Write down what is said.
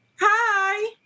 Hi